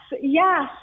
yes